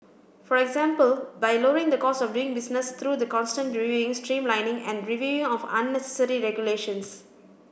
for example by lowering the cost of doing business through the constant reviewing streamlining and reviewing of unnecessary regulations